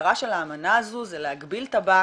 המטרה של אמנה הזאת זה להגביל טבק